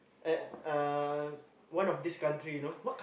and uh one of these country you know